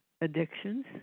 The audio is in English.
addictions